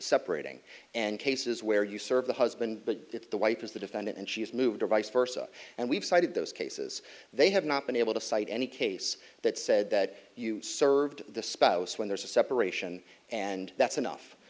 separating and cases where you serve the husband but if the wife is the defendant and she's moved or vice versa and we've cited those cases they have not been able to cite any case that said that you served the spouse when there's a separation and that's